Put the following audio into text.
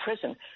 prison